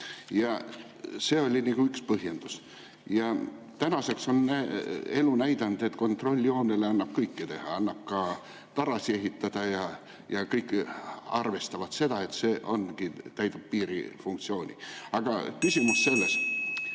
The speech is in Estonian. See oli nagu üks põhjendus. Ja tänaseks on elu näidanud, et kontrolljoonele annab kõike teha, annab ka tarasid ehitada ja kõik arvestavad seda, et see ongi piir, täidab piirifunktsiooni. (Juhataja helistab